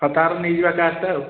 ହଁ ତା'ର ନେଇଯିବା କାର୍ଟା ଆଉ